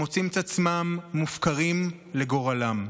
הם מוצאים את עצמם מופקרים לגורלם.